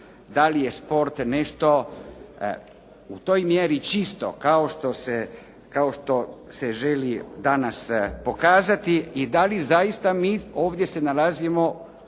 da li je sport nešto u toj mjeri čisto kao što se želi danas pokazati i da li zaista mi ovdje se nalazimo